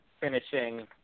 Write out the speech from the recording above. finishing –